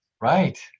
Right